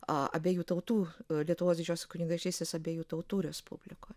a abiejų tautų lietuvos didžiosios kunigaikštystės abiejų tautų respublikoj